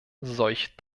solch